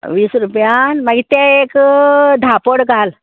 वीस रुपयान मागी ते एक धा पड घाल